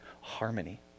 harmony